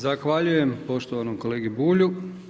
Zahvaljujem poštovanom kolegi Bulju.